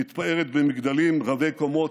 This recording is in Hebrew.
שמתפארת במגדלים רבי-קומות,